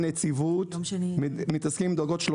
ובנציבות עדיין מתעסקים עם דרגות 36,